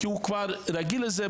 כי הוא כבר רגיל לזה,